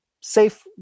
safe